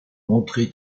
montré